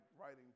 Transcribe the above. writing